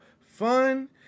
fun